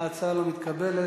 ההצעה לא מתקבלת.